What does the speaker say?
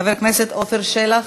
חבר הכנסת עפר שלח,